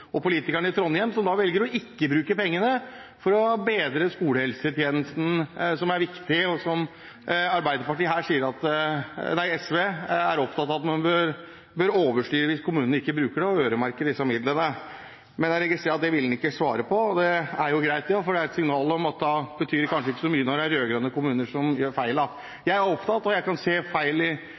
som da velger ikke å bruke pengene for å bedre skolehelsetjenesten, som er viktig, og SV er opptatt av at man bør overstyre hvis kommunene ikke bruker det og øremerke disse midlene. Men det vil han ikke svare på, og det er jo greit, for det er et signal om at det kanskje ikke betyr så mye når det er rød-grønne kommuner som gjør feilene. Jeg kan se feil i